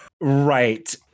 Right